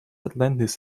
atlantis